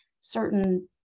certain